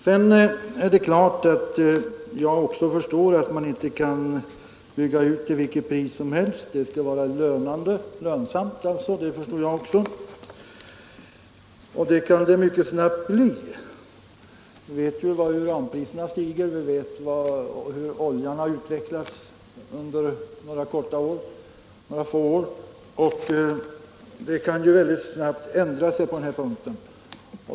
Det är klart att man inte kan bygga ut till vilket pris som helst; det måste vara lönsamt, det förstår jag också. Det kan det mycket snabbt bli. Vi vet ju hur uranpriserna stiger och hur oljepriserna har utvecklats 155 under några få år. Det kan väldigt snabbt ändra sig på den här punkten.